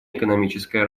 экономическое